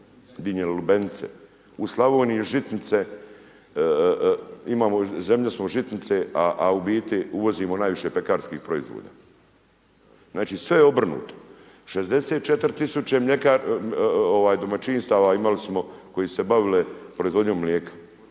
dinje i lubenice. U Slavoniji žitnice, zemlja smo žitnice a u biti uvozimo najviše pekarskih proizvoda. Znači sve je obrnuto. 64.000 tisuće mljekar ovaj domaćinstava imali smo koji se bavile proizvodnjom mlijeka.